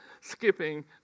skipping